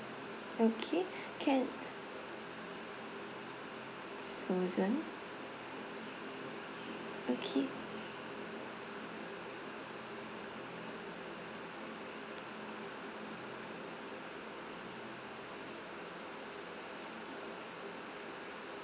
okay can susan okay